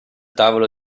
tavolo